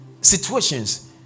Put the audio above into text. situations